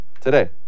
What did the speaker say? today